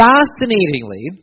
Fascinatingly